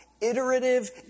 iterative